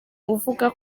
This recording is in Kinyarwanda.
uvuga